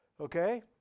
okay